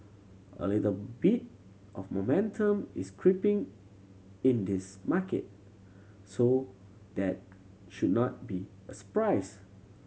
a little bit of momentum is creeping in this market so that should not be a surprise